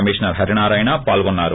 commissioner Harinarayana పాల్గొన్నారు